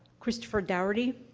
christopher daugherty?